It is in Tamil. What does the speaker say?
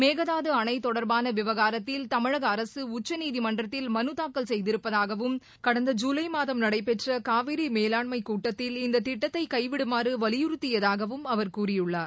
மேகதாது அணை தொடர்பான விவகாரத்தில் தமிழக அரசு உச்சநீதிமன்றத்தில் மனு தாக்கல் செய்திருப்பதாகவும் கடந்த ஜூலை மாதம் நடைபெற்ற காவிரி மேலாண்மைக் கூட்டத்தில் இந்த திட்டத்தை கைவிடுமாறு வலியுறுத்தியதாகவும் அவர் கூறியுள்ளார்